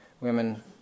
women